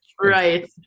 right